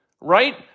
right